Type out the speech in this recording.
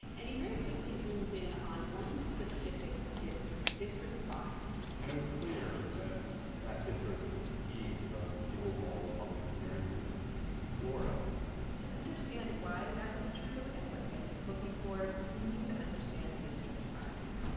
and he very quickly zooms in on one specific district, district five point and it was clear that that district was the key to the the overall republican gerrymander in in florida to understand why that is true and what dan is looking for, you need to understand district five.